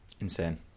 Insane